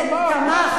הוא תמך.